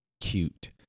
cute